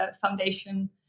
Foundation